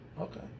Okay